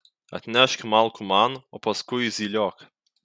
atnešk malkų man o paskui zyliok